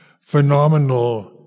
phenomenal